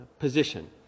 position